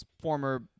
former